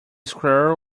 squirrel